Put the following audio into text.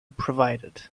provided